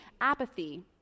apathy